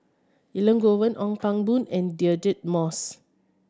Elangovan Ong Pang Boon and Deirdre Moss